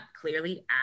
clearly